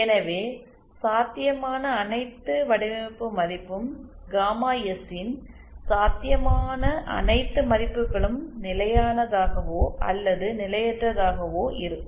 எனவே சாத்தியமான அனைத்து வடிவமைப்பு மதிப்பும் காமா எஸ் ன் சாத்தியமான அனைத்து மதிப்புகளும் நிலையானதாகவோ அல்லது நிலையற்றதாகவோ இருக்கும்